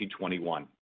2021